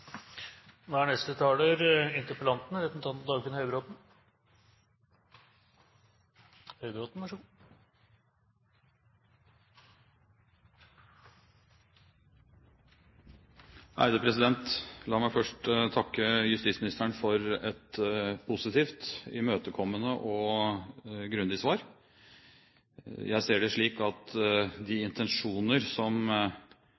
La meg først takke justisministeren for et positivt, imøtekommende og grundig svar. Jeg ser det slik at de